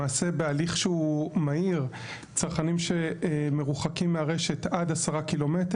למעשה בהליך שהוא מהיר צרכנים שמרוחקים מהרשת עד 10 ק"מ,